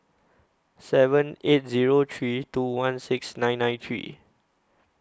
seven eight three two one six nine nine three